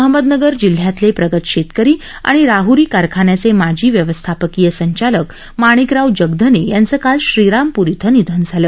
अहमदनगर जिल्ह्यातले प्रगत शेतकरी आणि राहुरी कारखान्याचे माजी व्यवस्थापकीय संचालक माणिकराव जगधने यांचं काल श्रीरामपूर इथं निधन झालं